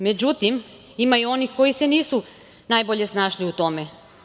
Međutim, ima i onih koji se nisu najbolje snašli u tome.